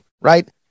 right